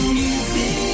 music